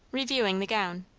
reviewing the gown.